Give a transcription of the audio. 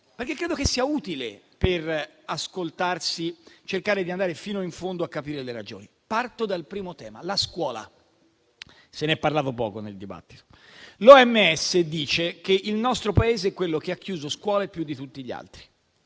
credo infatti che sia utile ascoltarsi, per cercare di andare fino in fondo a capire le ragioni. Parto dal primo tema, la scuola: se n'è parlato poco nel dibattito. L'OMS dice che il nostro Paese è quello che ha chiuso le scuole più di tutti gli altri.